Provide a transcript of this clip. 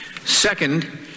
Second